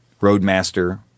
Roadmaster